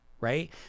right